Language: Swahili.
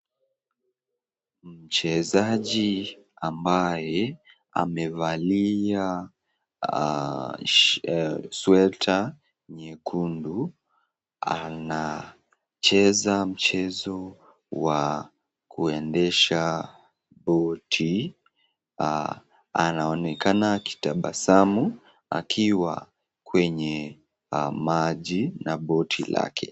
Mchezaji ambaye amevalia sweta nyekundu, anacheza mchezo wa kuendesha boti, anaonekana akitabasamu akiwa kwenye maji na boti lake.